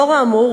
לאור האמור,